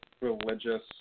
religious